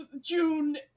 june